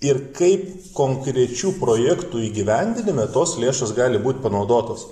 ir kaip konkrečių projektų įgyvendinime tos lėšos gali būt panaudotos